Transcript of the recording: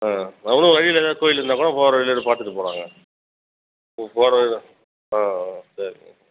ஆ நான் கூட வழியில் ஏதாவது கோயில் இருந்தால் கூட போகிற வழியிலே அப்டி பார்த்துட்டு போகலாங்க போ போகிற வழியில் ஆ ஆ சரிங்க